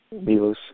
Milos